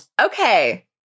Okay